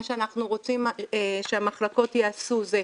מה שאנחנו רוצים שהמחלקות יעשו זה,